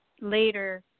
later